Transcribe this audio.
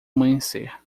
amanhecer